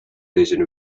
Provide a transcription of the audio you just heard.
vision